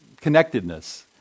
connectedness